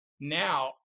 Now